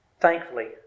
Thankfully